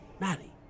Maddie